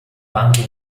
banchi